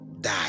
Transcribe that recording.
die